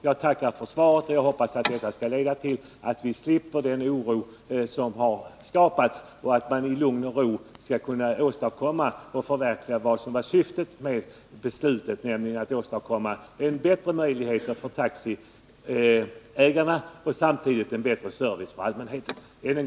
Jag tackar än en gång för svaret och hoppas, att det skall leda till att vi slipper den oro som har skapats och att man nu i lugn och ro skall kunna förverkliga syftet med riksdagsbeslutet, nämligen att underlätta för taxiägarna att ge en bättre service åt allmänheten.